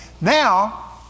Now